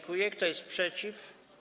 Kto jest przeciw?